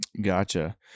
Gotcha